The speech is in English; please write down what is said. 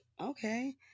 okay